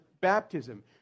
baptism